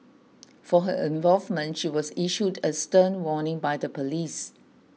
for her involvement she was issued a stern warning by the police